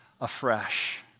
afresh